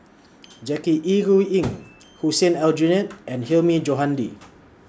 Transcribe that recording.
Jackie Yi Ru Ying Hussein Aljunied and Hilmi Johandi